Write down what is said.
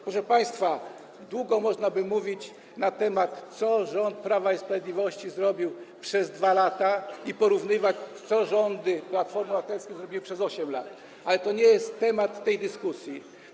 Proszę państwa, długo można by mówić na temat tego, co rząd Prawa i Sprawiedliwości zrobił przez 2 lata i porównywać to z tym, co rządy Platformy Obywatelskiej zrobiły przez 8 lat, ale nie jest to temat tej dyskusji.